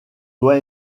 doit